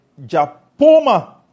Japoma